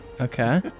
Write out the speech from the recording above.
Okay